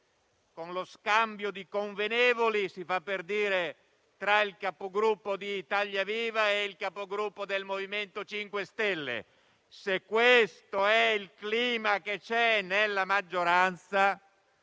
con lo scambio di convenevoli - si fa per dire - tra il Capogruppo di Italia Viva ed il Capogruppo del MoVimento 5 Stelle. Se questo è il clima che c'è nella maggioranza,